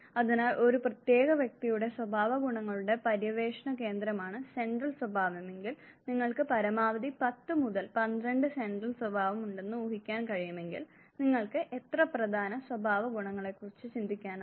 അതിനാൽ ഒരു പ്രത്യേക വ്യക്തിയുടെ സ്വഭാവഗുണങ്ങളുടെ പര്യവേക്ഷണ കേന്ദ്രമാണ് സെൻട്രൽ സ്വഭാവമെങ്കിൽ നിങ്ങൾക്ക് പരമാവധി പത്ത് മുതൽ പന്ത്രണ്ട് സെൻട്രൽ സ്വഭാവം ഉണ്ടെന്ന് ഊഹിക്കാൻ കഴിയുമെങ്കിൽ നിങ്ങൾക്ക് എത്ര പ്രധാന സ്വഭാവഗുണങ്ങളെക്കുറിച്ച് ചിന്തിക്കാനാകും